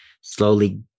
slowly